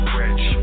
rich